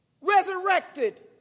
resurrected